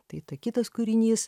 tai kitas kūrinys